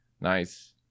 nice